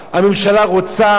הממשלה רוצה,